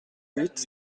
huit